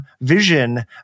vision